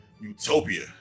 Utopia